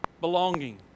belonging